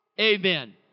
Amen